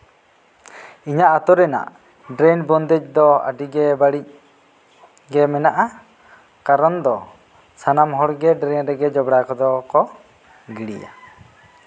ᱤᱧᱟᱹᱜ ᱟᱹᱛᱩ ᱨᱮᱭᱟᱜ ᱰᱨᱮᱱ ᱵᱚᱱᱫᱮᱡ ᱫᱚ ᱟᱹᱰᱤ ᱜᱮ ᱵᱟᱹᱲᱤᱡ ᱜᱮ ᱢᱮᱱᱟᱜᱼᱟ ᱠᱟᱨᱚᱱ ᱫᱚ ᱥᱟᱱᱟᱢ ᱦᱚᱲ ᱜᱮ ᱰᱨᱮᱱ ᱨᱮᱜᱮ ᱡᱚᱵᱨᱟ ᱠᱚᱫᱚ ᱠᱚ ᱜᱤᱰᱤᱭᱟ